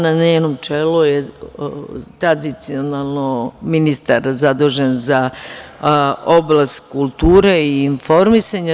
Na njenom čelu je tradicionalno ministar zadužen za oblast kulture i informisanje.